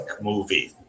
movie